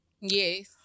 yes